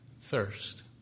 thirst